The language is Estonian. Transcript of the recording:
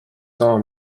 sama